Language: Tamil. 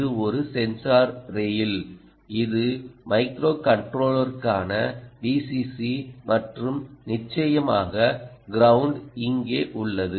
இது ஒரு சென்சார் ரெயில் இது மைக்ரோகண்ட்ரோலருக்கான VCC மற்றும் நிச்சயமாக கிரவுன்ட் இங்கே உள்ளது